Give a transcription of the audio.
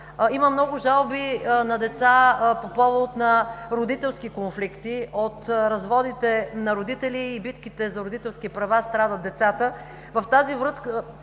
Има много жалби на деца по повод на родителски конфликти. От разводите на родителите и битките за родителски права страдат децата.